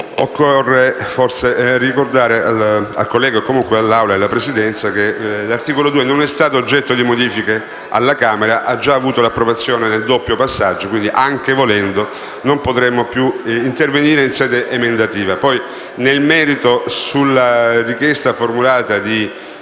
Occorre forse ricordare ai colleghi, all'Assemblea e alla Presidenza che l'articolo 2 non è stato oggetto di modifiche alla Camera, ha già avuto la doppia approvazione e quindi, anche volendo, non potremmo più intervenire in sede emendativa. Nel merito, sulla richiesta formulata di